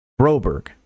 Broberg